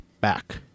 back